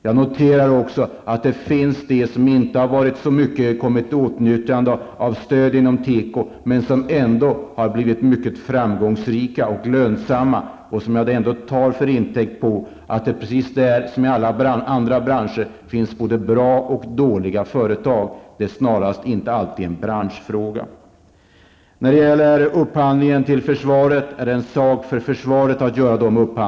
Jag noterar också att det finns de företag som inte har kommit så mycket i åtnjutande av stöd inom teko, men som ändå har blivit mycket framgångsrika och lönsamma. Det tar jag som intäkt för att det inom tekobranschen är precis som i alla andra branscher. Det finns både bra och dåliga företag. Det är inte alltid en branschfråga. Upphandlingen till försvaret är en sak för försvaret.